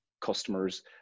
customers